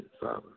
Father